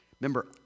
Remember